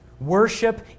Worship